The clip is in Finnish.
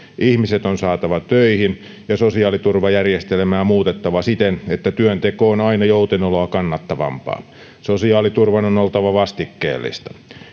ihmiset on saatava töihin ja sosiaaliturvajärjestelmää muutettava siten että työnteko on aina joutenoloa kannattavampaa sosiaaliturvan on oltava vastikkeellista